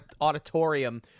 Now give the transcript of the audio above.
auditorium